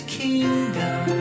kingdom